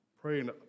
praying